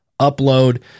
upload